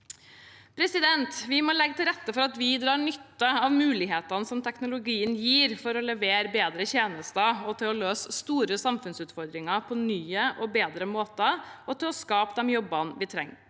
stabile. Vi må legge til rette for at vi drar nytte av mulighetene som teknologien gir for å levere bedre tjenester, løse store samfunnsutfordringer på nye og bedre måter og skape de jobbene vi trenger.